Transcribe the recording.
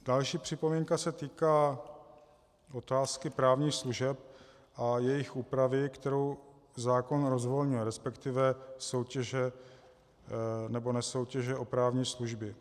Další připomínka se týká otázky právních služeb a jejich úpravy, kterou zákon rozvolňuje, respektive soutěže nebo nesoutěže o právní služby.